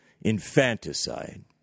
infanticide